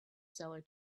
seller